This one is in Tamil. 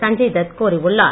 சஞ்சய் தத் கூறியுள்ளார்